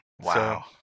Wow